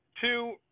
Two